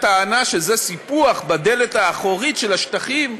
הטענה שזה סיפוח בדלת האחורית של השטחים,